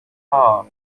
par